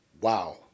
Wow